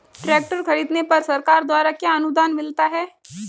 Tractor खरीदने पर सरकार द्वारा क्या अनुदान मिलता है?